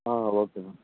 okay ma'am